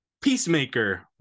Peacemaker